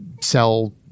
sell